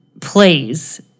please